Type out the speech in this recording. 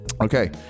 Okay